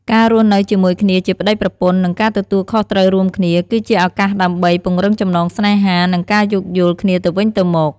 ការរស់នៅជាមួយគ្នាជាប្ដីប្រពន្ធ និងការទទួលខុសត្រូវរួមគ្នា គឺជាឱកាសដើម្បី ពង្រឹងចំណងស្នេហា និង ការយោគយល់គ្នាទៅវិញទៅមក។